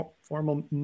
formal